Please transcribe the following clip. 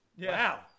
Wow